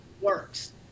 works